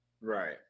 Right